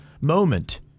moment